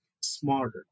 smarter